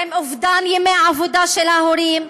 לאובדן ימי עבודה של ההורים,